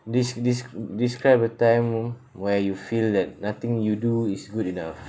des~ des~ describe a time where you feel that nothing you do is good enough